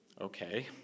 Okay